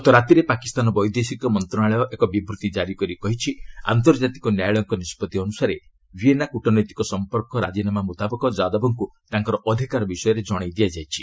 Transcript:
ଗତରାତିରେ ପାକିସ୍ତାନ ବୈଦେଶିକ ମନ୍ତ୍ରଣାଳୟ ଏକ ବିବୃଭି ଜାରି କରି କହିଛି ଆନ୍ତର୍କାତିକ ନ୍ୟାୟାଳୟଙ୍କ ନିଷ୍ପଭି ଅନୁସାରେ ଭିଏନା କୂଟନୈତିକ ସମ୍ପର୍କ ରାଜିନାମା ମୁତାବକ ଯାଦବଙ୍କୁ ତାଙ୍କର ଅଧିକାର ବିଷୟରେ ଜଣାଇ ଦିଆଯାଇଛି